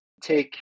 take